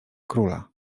króla